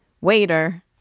Waiter